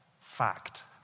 Fact